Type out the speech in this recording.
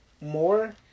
more